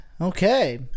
okay